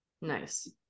Nice